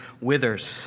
withers